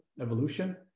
evolution